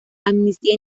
amnistía